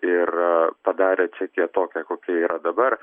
ir padarė čekiją tokią kokia yra dabar